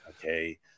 Okay